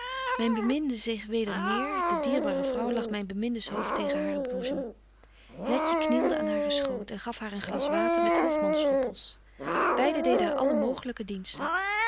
myn beminde zeeg weder neêr de dierbare vrouw lag myn bemindes hoofd tegen haren boezem letje knielde aan haren schoot en gaf haar een glas water met hofmansdroppels beide deden haar alle mogelyke diensten